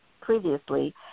previously